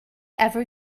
ever